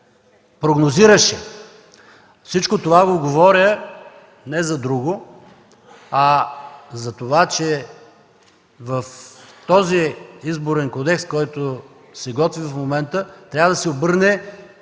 прогнозираше. Всичко това го говоря не за друго, а за това, че в този Изборен кодекс, който се готви в момента, трябва да се обърне